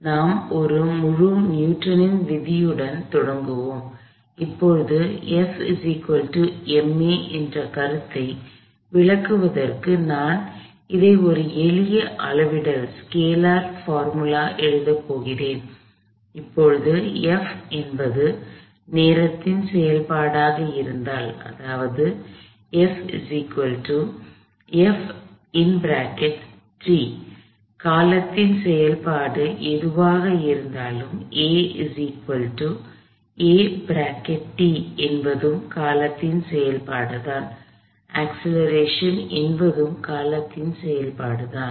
எனவே நாம் ஒரு முழு நியூட்டனின் விதியுடன் தொடங்குவோம் இப்போது Fma என்ற கருத்தை விளக்குவதற்காக நான் அதை ஒரு எளிய அளவிடல் சூத்திரமாக எழுதப் போகிறேன் இப்போது F என்பது நேரத்தின் செயல்பாடாக இருந்தால் அதாவது FF காலத்தின் செயல்பாடு எதுவாக இருந்தாலும் aa என்பதும் காலத்தின் செயல்பாடுதான் அக்ஸ்லெரேஷன் என்பதும் காலத்தின் செயல்பாடுதான்